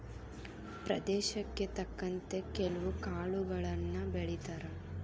ಪ್ರದೇಶಕ್ಕೆ ತಕ್ಕಂತೆ ಕೆಲ್ವು ಕಾಳುಗಳನ್ನಾ ಬೆಳಿತಾರ